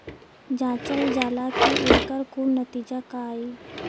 जांचल जाला कि एकर कुल नतीजा का आई